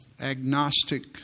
agnostic